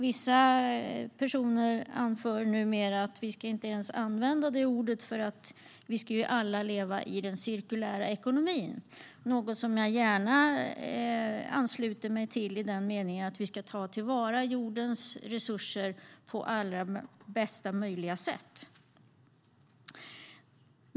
Vissa personer anför numera att vi inte ens ska använda det ordet eftersom vi alla ska leva i den cirkulära ekonomin. Det är något som jag gärna ansluter mig till i den meningen att vi ska ta till vara jordens resurser på bästa möjliga sätt.